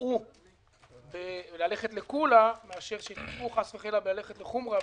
שתטעו כאשר תלכו לקולא מאשר שתטעו חס וחלילה כאשר תלכו לחומרה,